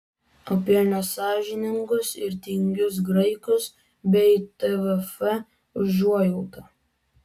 apie nesąžiningus ir tingius graikus bei tvf užuojautą